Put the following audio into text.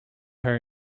her